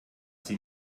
sie